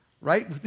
Right